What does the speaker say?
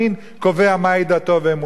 קובע מהי דתו ואמונתו,